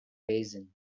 basin